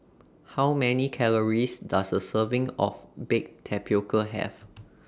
How Many Calories Does A Serving of Baked Tapioca Have